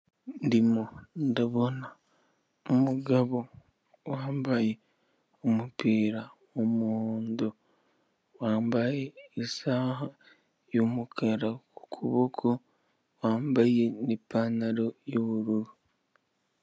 Ndimo ndabona umugabo wambaye umupira w'umuhondo, wambaye isaha y'umukara ku kuboko wambaye ni ipantaro y'ubururu.